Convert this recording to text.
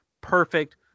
perfect